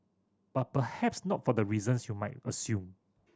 but perhaps not for the reasons you might assume